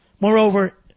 Moreover